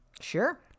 Sure